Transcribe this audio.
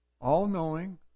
all-knowing